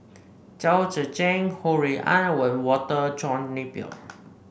Chao Tzee Cheng Ho Rui An and Walter John Napier